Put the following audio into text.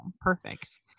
Perfect